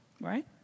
Right